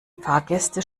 fahrgäste